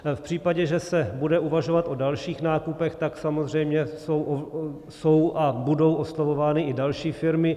V případě, že se bude uvažovat o dalších nákupech, tak samozřejmě jsou a budou oslovovány i další firmy.